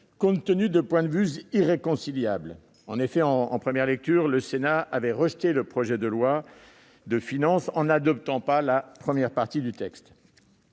compte tenu de nos points de vue irréconciliables. En première lecture, le Sénat avait rejeté le projet de loi de finances en n'adoptant pas la première partie du texte.